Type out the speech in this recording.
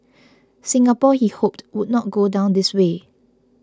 Singapore he hoped would not go down this way